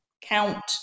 count